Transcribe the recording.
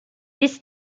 this